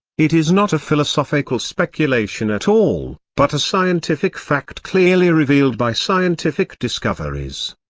it is not a philosophical speculation at all, but a scientific fact clearly revealed by scientific discoveries.